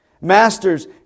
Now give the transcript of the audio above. Masters